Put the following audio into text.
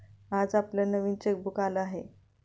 आज आपलं नवीन चेकबुक आलं आहे